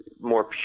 more